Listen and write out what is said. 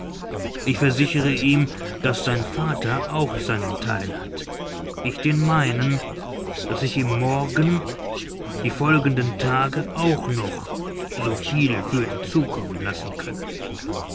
ich versichere ihm daß sein vater auch seinen theil hat ich den meinen daß ich ihm morgen die folgenden tage auch noch so viel würde zukommen lassen können